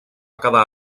quedar